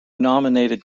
nominated